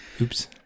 Oops